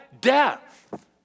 Death